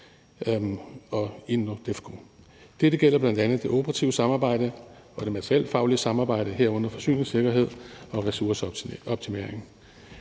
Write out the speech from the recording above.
og i NORDEFCO. Dette gælder bl.a. det operative samarbejde og det materielfaglige samarbejde, herunder forsyningssikkerhed og ressourceoptimering.